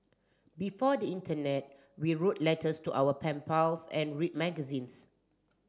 before the internet we wrote letters to our pen pals and read magazines